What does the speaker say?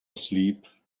asleep